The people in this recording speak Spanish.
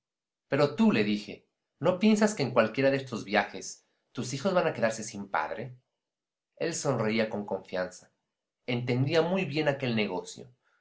cuello pero tú le dije no piensas que en cualquiera de estos viajes tus hijos van a quedarse sin padre él sonreía con confianza entendía muy bien aquel negocio